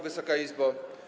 Wysoka Izbo!